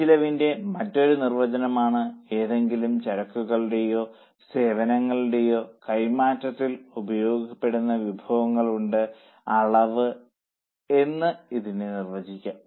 ഇത് ചെലവിന്റെ മറ്റൊരു നിർവചനമാണ് ഏതെങ്കിലും ചരക്കുകളുടെയോ സേവനങ്ങളുടെയോ കൈമാറ്റത്തിൽ ഉപേക്ഷിക്കപ്പെടുന്ന വിഭവങ്ങളുടെ അളവ് എന്ന് ഇതിനെ നിർവചിക്കാം